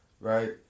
right